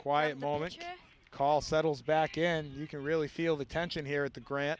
quiet moment call settles back end you can really feel the tension here at the gra